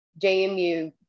JMU